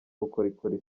bukorikori